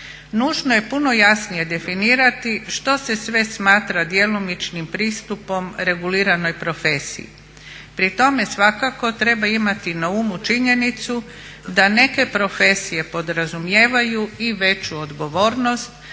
Nužno je puno jasnije definirati što se sve smatra djelomičnim pristupom reguliranoj profesiji. Pri tome svakako treba imati na umu činjenicu da neke profesije podrazumijevaju i veću odgovornost